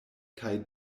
kaj